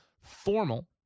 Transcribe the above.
formal